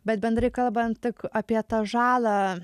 bet bendrai kalbant apie tą žalą